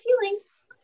feelings